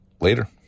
later